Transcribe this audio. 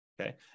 Okay